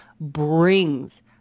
brings